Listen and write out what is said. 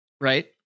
Right